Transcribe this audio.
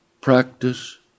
practice